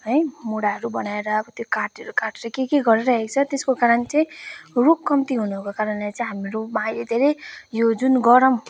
है मुढाहरू बनाएर त्यो काठहरू काटेर के के गरिरहेको छ त्यसको कारण चाहिँ रुख कम्ती हुनुको कारणले चाहिँ हाम्रोमा अहिले धेरै यो जुन गरम